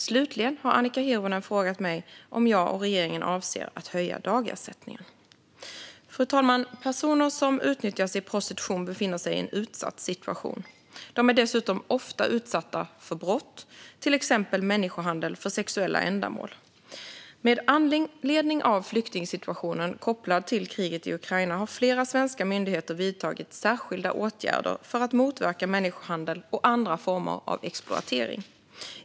Slutligen har Annika Hirvonen frågat mig om jag och regeringen avser att höja dagersättningen. Fru talman! Personer som utnyttjas i prostitution befinner sig i en utsatt situation. De är dessutom ofta utsatta för brott, till exempel människohandel för sexuella ändamål. Med anledning av flyktingsituationen kopplad till kriget i Ukraina har flera svenska myndigheter vidtagit särskilda åtgärder för att motverka människohandel och andra former av exploatering.